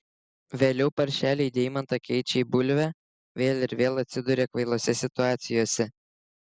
vėliau paršeliai deimantą keičia į bulvę vėl ir vėl atsiduria kvailose situacijose